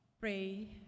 pray